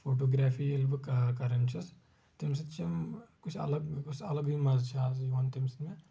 photography ییٚلہِ بہٕ کران چھُس تمہِ سۭتۍ چھم کچھ الگ الگٕے مزٕ چھُ آز یِوان تمہِ سۭتۍ مےٚ